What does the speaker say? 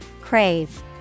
Crave